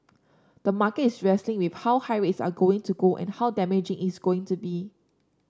the market is wrestling with how high rates are going to go and how damaging is going to be